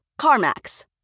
CarMax